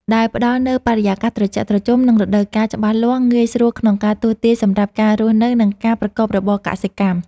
ដែលផ្ដល់នូវបរិយាកាសត្រជាក់ត្រជុំ និងរដូវកាលច្បាស់លាស់ងាយស្រួលក្នុងការទស្សន៍ទាយសម្រាប់ការរស់នៅ និងការប្រកបរបរកសិកម្ម។